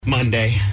Monday